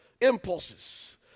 impulses